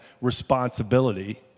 responsibility